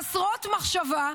חסרות מחשבה,